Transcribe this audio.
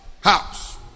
house